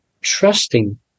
trusting